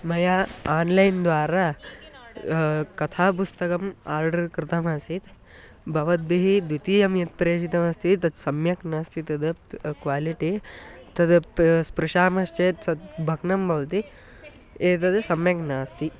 मया आन्लैन् द्वारा कथापुस्तकम् आर्ड्र कृतमासीत् भवद्भिः द्वितीयं यत् प्रेषितमस्ति तत् सम्यक् नास्ति तद् क्वालिटि तद् अपि स्पृशामश्चेत् सति भग्नं भवति एतद् सम्यक् नास्ति